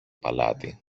παλάτι